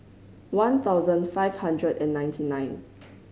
one thousand five hundred and ninety nine